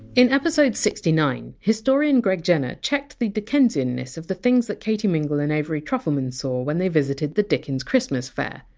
in episode sixty nine, historian greg jenner checked the dickensian-ness of the things that katie mingle and avery trufelman saw when they visited the dickens christmas fair,